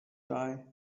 die